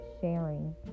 sharing